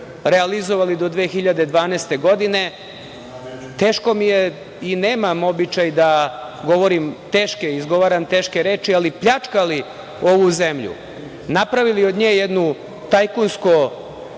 realizovali do 2012. godine. Teško mi je i nemam običaj da govorim teške reči, ali pljačkali ovu zemlju, napravili od nje jednu tajkunsko-političku